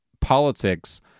politics